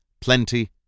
plenty